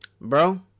bro